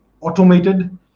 automated